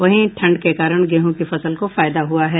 वहीं ठंड के कारण गेहूँ की फसल को फायदा हुआ है